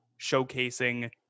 showcasing